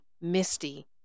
Misty